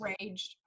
raged